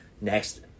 Next